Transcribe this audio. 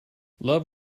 love